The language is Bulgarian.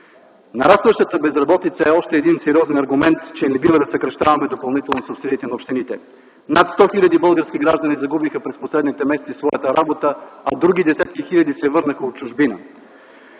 Нарастващата безработица е още един сериозен аргумент, че не бива да съкращаваме допълнително субсидиите за общините. Над сто хиляди български граждани загубиха през последните месеци своята работа, а други десетки хиляди се върнаха в България